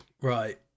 Right